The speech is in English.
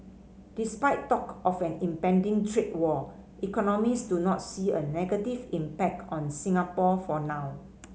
despite talk of an impending trade war economists do not see a negative impact on Singapore for now